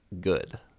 good